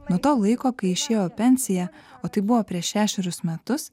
nuo to laiko kai išėjo į pensiją o tai buvo prieš šešerius metus